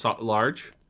Large